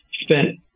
spent